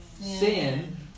sin